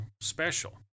special